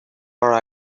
our